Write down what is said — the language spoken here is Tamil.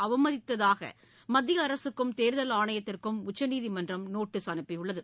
அவமதித்ததாக மத்திய அரசுக்கும் தேர்தல் ஆணையத்திற்கும் உச்சநீதிமன்றம் நோட்டீஸ் அனுப்பியுள்ளது